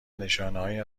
نشانههایی